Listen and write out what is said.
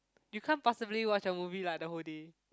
you can't possibly watch a movie like the whole day